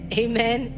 amen